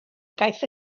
gaeth